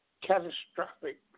catastrophic